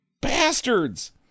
bastards